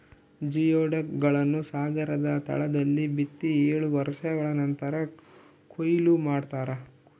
geoduck ಗಳನ್ನು ಸಾಗರದ ತಳದಲ್ಲಿ ಬಿತ್ತಿ ಏಳು ವರ್ಷಗಳ ನಂತರ ಕೂಯ್ಲು ಮಾಡ್ತಾರ